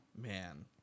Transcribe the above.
man